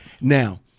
now